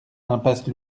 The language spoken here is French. impasse